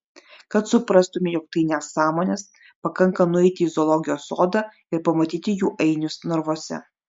kad suprastumei jog tai nesąmonės pakanka nueiti į zoologijos sodą ir pamatyti jų ainius narvuose